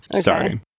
sorry